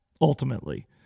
ultimately